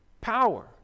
power